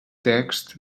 text